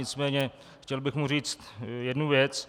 Nicméně chtěl bych mu říct jednu věc.